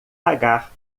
pagar